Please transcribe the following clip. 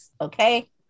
okay